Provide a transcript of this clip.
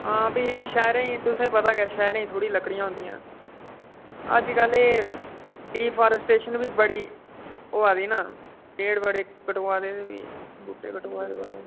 हां फ्ही शैहरें च तुसें पता गै शैह्रें च थोड़ी लकड़ियां होन्दियां अज्ज्कल एह् डिफॉरेस्टेशन बी बड़ी होआ दी ना पेड़ बड़े कटोआ दे ते फ्ही बूह्टे कटोआ दे बड़े